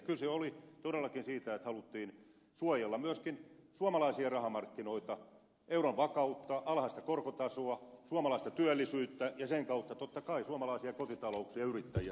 kyse oli todellakin sitä että haluttiin suojella myöskin suomalaisia rahamarkkinoita euron vakautta alhaista korkotasoa suomalaista työllisyyttä ja sen kautta totta kai suomalaisia kotitalouksia ja yrittäjiä